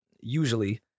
usually